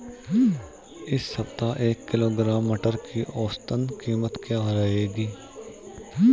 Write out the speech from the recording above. इस सप्ताह एक किलोग्राम मटर की औसतन कीमत क्या रहेगी?